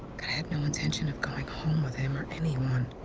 god, i had no intention of going home with him or anyone.